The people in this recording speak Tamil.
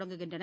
தொடங்குகின்றன